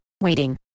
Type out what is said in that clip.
waiting